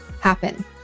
happen